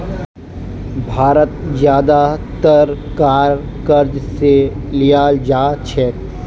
भारत ज्यादातर कार क़र्ज़ स लीयाल जा छेक